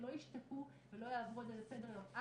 שלא ישתקו ולא יעברו על זה לסדר היום.